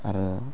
आरो